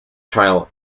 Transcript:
trial